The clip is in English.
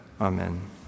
Amen